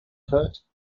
kurt